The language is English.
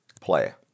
player